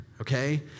okay